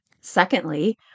Secondly